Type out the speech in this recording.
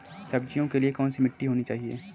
सब्जियों के लिए कैसी मिट्टी होनी चाहिए?